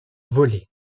voler